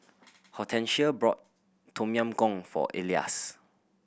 Hortensia bought Tom Yam Goong for Elias